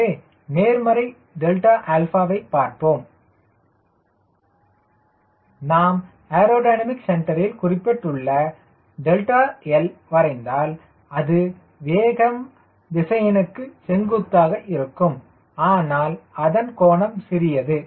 எனவே நேர்மறை வை பார்ப்போம் நாம் ஏரோடைனமிக் சென்டரில் குறிப்பிட்டுள்ள L வரைந்தால் அது வேகம் திசையனுக்கு செங்குத்தாக இருக்கும் ஆனால் அதன் கோணம் சிறியது